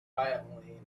violently